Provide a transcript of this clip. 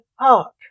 park